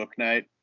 Booknight